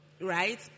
right